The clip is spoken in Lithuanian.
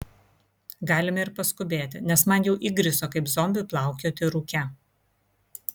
galime ir paskubėti nes man jau įgriso kaip zombiui plaukioti rūke